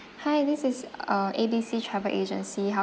hi this is uh A_B_C travel agency how